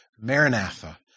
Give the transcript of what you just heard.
Maranatha